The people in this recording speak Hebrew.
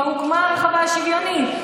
כבר הוקמה הרחבה השוויונית,